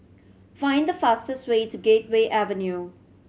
find the fastest way to Gateway Avenue